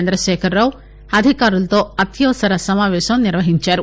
చంద్రశేఖర్రావు అధికారులతో అత్యవసర సమావేశం నిర్వహించారు